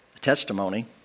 Testimony